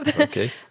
okay